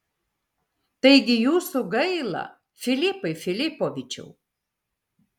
taigi jūsų gaila filipai filipovičiau